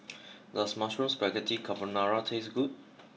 does mushroom Spaghetti Carbonara taste good